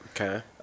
Okay